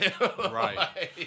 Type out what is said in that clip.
Right